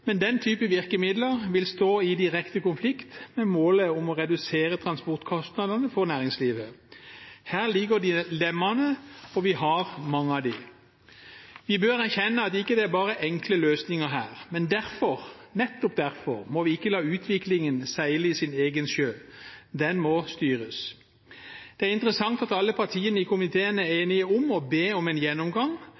Men den type virkemidler vil stå i direkte konflikt med målet om å redusere transportkostnadene for næringslivet. Her ligger dilemmaene, og vi har mange av dem. Vi bør erkjenne at det ikke bare er enkle løsninger her. Men nettopp derfor må vi ikke la utviklingen seile sin egen sjø, den må styres. Det er interessant at alle partiene i komiteen er